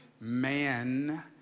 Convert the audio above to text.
man